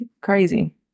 Crazy